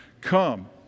Come